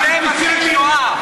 זה מכחיש שואה.